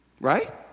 right